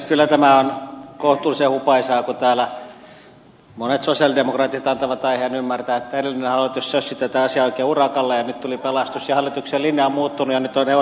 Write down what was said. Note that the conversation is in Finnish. kyllä tämä on kohtuullisen hupaisaa kun täällä monet sosialidemokraatit antavat aiheen ymmärtää että edellinen hallitus sössi tätä asiaa oikein urakalla ja nyt tuli pelastus ja hallituksen linja on muuttunut ja nyt on eurooppa saatu järjestykseen